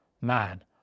Man